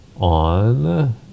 on